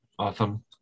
Awesome